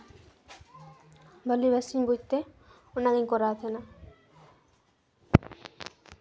ᱵᱷᱟᱞᱤ ᱵᱮᱥᱤᱧ ᱵᱩᱡᱛᱮ ᱚᱱᱟᱜᱤᱧ ᱠᱚᱨᱟᱣ ᱛᱟᱦᱮᱱᱟ